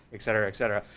et cetera, et cetera.